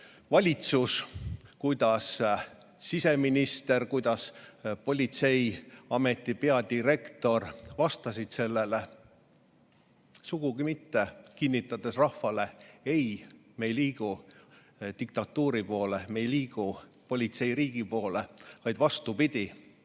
valitsus, kuidas siseminister, kuidas politseiameti peadirektor vastasid sellele? Sugugi mitte rahvale kinnitades, et ei, me ei liigu diktatuuri poole, me ei liigu politseiriigi poole, vaid vastupidi,